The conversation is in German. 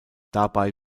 dabei